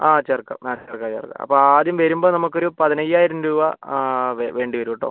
ആ ചേർക്കാം മാക്സിമം ചേർക്കാം അപ്പം ആദ്യം വരുമ്പം നമുക്ക് ഒരു പതിനയ്യായിരം രൂപ ആ വേണ്ടി വരൂട്ടോ